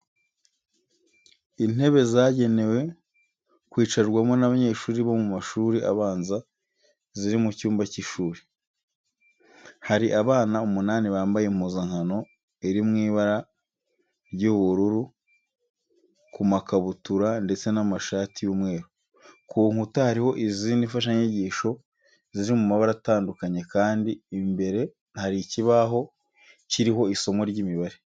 Intebe zagenewe kwicarwaho n'abanyeshuri bo mu mashuri abanza, ziri mu cyumba cy'ishuri. Hari abana umunani bambaye impuzankano iri mu ibara ry'ubururu ku makabutura ndetse n'amashati y'umweru. Ku nkuta hariho izindi mfashanyigisho ziri mu mabara atandukanye kandi imbere hari ikibaho kiriho isomo ry'imibare.